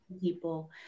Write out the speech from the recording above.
people